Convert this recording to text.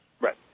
Right